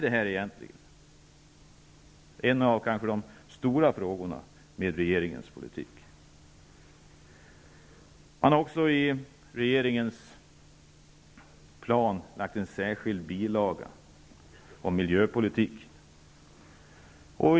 Det är kanske ett av de stora frågetecknen när det gäller regeringens politik. Regeringens plan innehåller också en särskild bilaga om miljöpolitik.